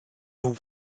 nhw